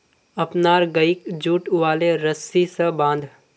अपनार गइक जुट वाले रस्सी स बांध